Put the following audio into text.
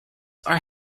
are